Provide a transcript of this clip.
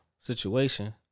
situation